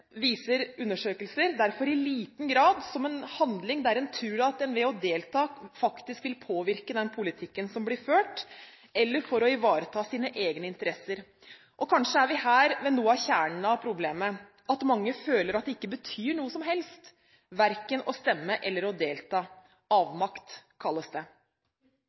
viser undersøkelser – derfor i liten grad som en handling der en tror at en ved å delta faktisk vil påvirke den politikken som blir ført, eller for å ivareta sine egne interesser. Kanskje er vi her ved noe av kjernen av problemet, at mange føler at det ikke betyr noe som helst verken å stemme eller å delta. Avmakt kalles det.